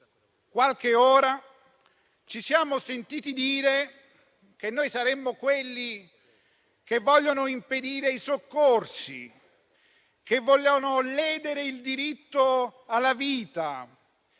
discussione, ci siamo sentiti dire che noi saremmo quelli che vogliono impedire i soccorsi, quelli che vogliono ledere il diritto alla vita